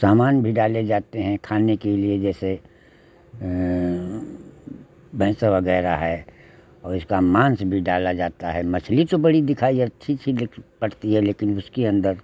सामान भी डाले जाते हैं खाने के लिए जैसे भैंसा वगैरह है और इसका माँस भी डाला जाता है मछली तो बड़ी दिखाई अच्छी सी लेकिन पड़ती है लेकिन उसके अंदर